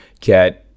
Get